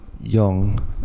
young